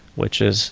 which is